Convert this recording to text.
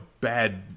bad